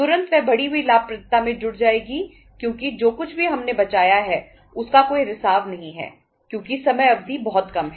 तुरंत वह बढ़ी हुई लाभप्रदता में जुड़ जाएगी क्योंकि जो कुछ भी हमने बचाया है उसका कोई रिसाव नहीं है क्योंकि समय अवधि बहुत कम है